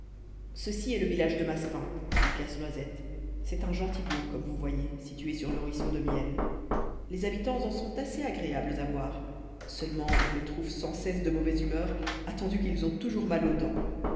ceci est le village de massepains dit casse-noisette c'est un gentil bourg comme vous voyez situé sur le ruisseau de miel les habitants en sont assez agréables à voir seulement on les trouve sans cesse de mauvaise humeur attendu qu'ils ont toujours mal aux dents